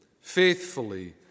faithfully